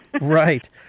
Right